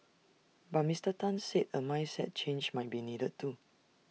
but Mister Tan said A mindset change might be needed too